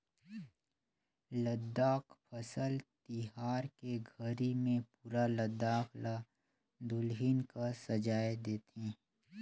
लद्दाख फसल तिहार के घरी मे पुरा लद्दाख ल दुलहिन कस सजाए देथे